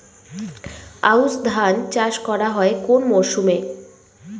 আউশ ধান চাষ করা হয় কোন মরশুমে?